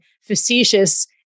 facetious